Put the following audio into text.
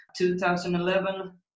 2011